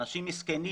כמו שאמתי לשלי,